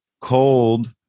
cold